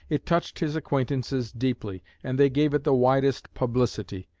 it touched his acquaintances deeply, and they gave it the widest publicity.